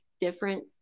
different